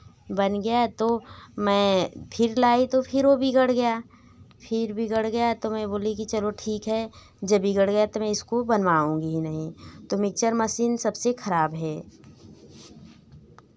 बन गया तो मैं फिर लाई तो फिर वह बिगड़ गया फिर बिगड़ गया तो मैं बोली कि चलो ठीक है यह बिगड़ गया तो मैं इसको बनवाऊँगी ही नहीं मिक्चर मसीन सबसे खराब है